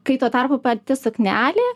kai tuo tarpu pati suknelė